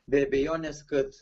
be abejonės kad